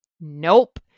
Nope